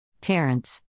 Parents